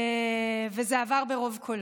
וזה עבר ברוב קולות,